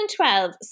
2012